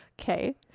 Okay